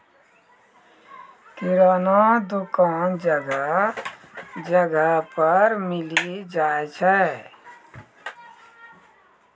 किराना दुकान जगह जगह पर मिली जाय छै